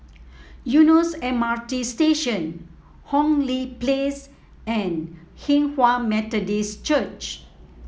Eunos M R T Station Hong Lee Place and Hinghwa Methodist Church